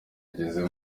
ageze